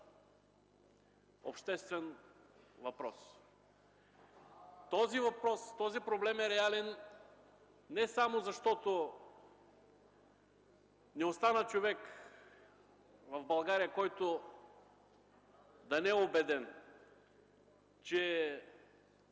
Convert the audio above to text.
обществен въпрос. Този проблем е реален не само защото не остана човек в България, който да не е убеден, че